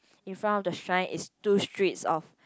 in front of the shrine is two streets of